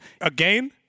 again